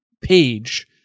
page